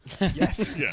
yes